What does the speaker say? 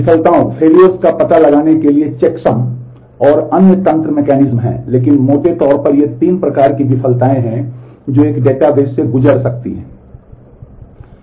विफलताओं और अन्य तंत्र हैं लेकिन मोटे तौर पर ये तीन प्रकार की विफलताएं हैं जो एक डेटाबेस प्रणाली से गुजर सकती हैं